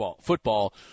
football